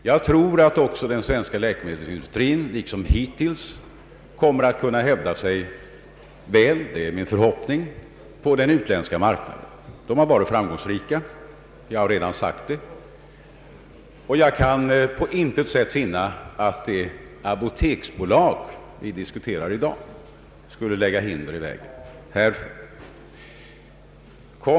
Jag tror att den svenska läkemedelsindustrin liksom hittills också kommer att kunna hävda sig väl på den utländska marknaden — det är min förhoppning. Den har varit framgångsrik — jag har redan sagt det — och jag kan på intet sätt finna att det apoteksbolag som vi diskuterar i dag skulle lägga hinder i vägen för den.